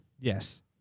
Yes